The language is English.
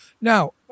now